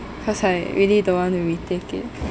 cause I really don't want to retake it